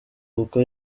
kuko